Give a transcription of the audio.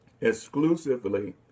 exclusively